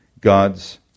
God's